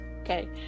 okay